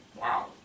Wow